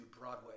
Broadway